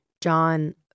John